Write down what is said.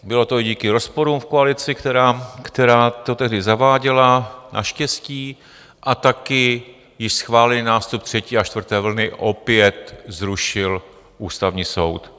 Bylo to i díky rozporům v koalici, která to tehdy zaváděla, naštěstí, a taky již schválený nástup třetí a čtvrté vlny opět zrušil Ústavní soud.